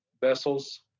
vessels